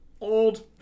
Old